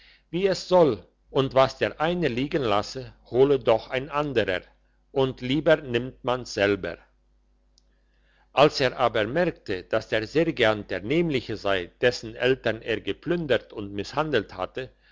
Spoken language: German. wie es soll und was der eine liegen lasse hole doch ein anderer und lieber nimmt man's selber als er aber merkte dass der sergeant der nämliche sei dessen eltern er geplündert und misshandelt hatte